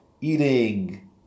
eating